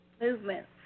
Movement